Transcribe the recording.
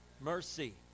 Mercy